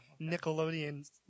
Nickelodeon